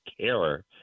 care